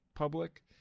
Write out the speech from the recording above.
public